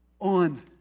on